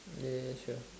ya ya ya sure